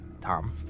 Tom